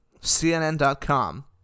CNN.com